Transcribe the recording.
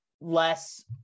less